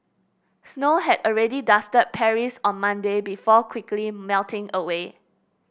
snow had already dusted Paris on Monday before quickly melting away